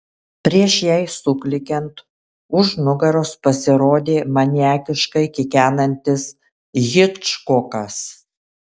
prieš jai suklykiant už nugaros pasirodė maniakiškai kikenantis hičkokas